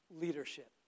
leadership